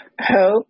hope